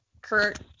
Kurt